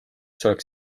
tuleks